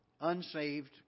unsaved